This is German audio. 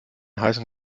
heißen